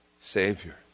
Savior